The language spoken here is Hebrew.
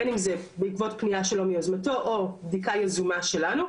בין אם זה בעקבות פנייה שלו מיוזמתו או בדיקה יזומה שלנו,